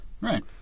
Right